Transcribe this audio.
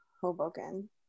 hoboken